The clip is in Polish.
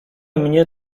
mnie